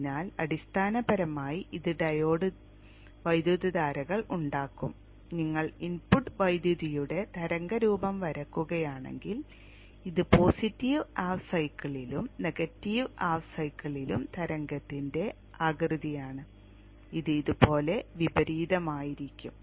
അതിനാൽ അടിസ്ഥാനപരമായി ഇത് ഡയോഡ് വൈദ്യുതധാരകൾ ഉണ്ടാക്കും നിങ്ങൾ ഇൻപുട്ട് വൈദ്യുതിയുടെ തരംഗ രൂപം വരയ്ക്കുകയാണെങ്കിൽ ഇത് പോസിറ്റീവ് ഹാഫ് സൈക്കിളിലും നെഗറ്റീവ് ഹാഫ് സൈക്കിളിലും തരംഗത്തിന്റെ ആകൃതിയാണ് ഇത് ഇതുപോലെ വിപരീതമായിരിക്കും